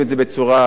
אז אנחנו פועלים.